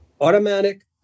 automatic